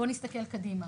בוא נסתכל קדימה.